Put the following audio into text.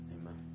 Amen